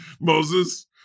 Moses